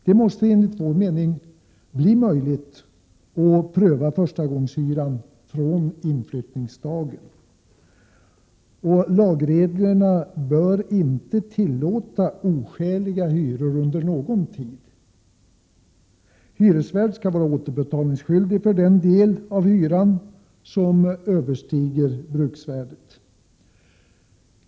Det måste enligt vår mening bli möjligt att pröva förstagångshyra från inflyttningsdagen. Lagreglerna bör inte tillåta oskäliga hyror under någon tid. Hyresvärd skall vara återbetalningsskyldig för den del av hyran som överstiger bruksvärdet.